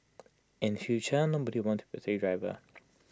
in future nobody want to be A taxi driver